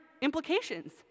implications